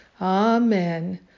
Amen